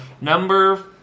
Number